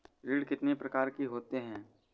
ऋण कितनी प्रकार के होते हैं?